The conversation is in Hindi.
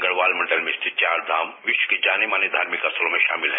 गढ़वाल मंडल में स्थित चार धाम विश्व के जाने माने धार्मिक स्थलों में शामिल हैं